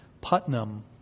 Putnam